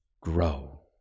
grow